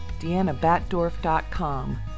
DeannaBatdorf.com